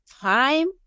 time